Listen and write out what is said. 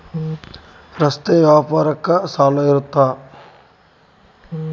ರಸ್ತೆ ವ್ಯಾಪಾರಕ್ಕ ಸಾಲ ಬರುತ್ತಾ?